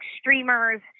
streamers